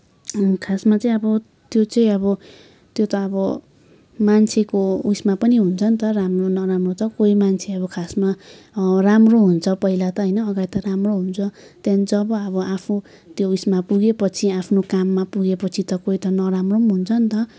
खासमा चाहिँ अब त्यो चाहिँ अब त्यो त अब मान्छेको उइसमा पनि हुन्छ नि त राम्रो नराम्रो त कोही मान्छे अब खासमा राम्रो हुन्छ पहिला त अघाडि त राम्रो हुन्छ त्यहाँदेखि जब आफू त्यो उइसमा पुगे पछि आफ्नो काममा पुगेपछि त कोही त नराम्रो पनि हुन्छ नि त